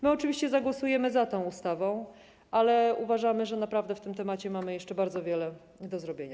My oczywiście zagłosujemy za tą ustawą, ale uważamy, że naprawdę w tym temacie mamy jeszcze bardzo wiele do zrobienia.